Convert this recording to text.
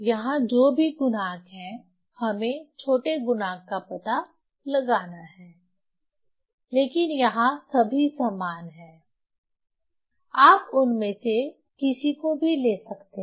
यहां जो भी गुणांक हैं हमें छोटे गुणांक का पता लगाना है लेकिन यहां सभी समान हैं आप उनमें से किसी को भी ले सकते हैं